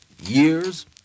Years